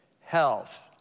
health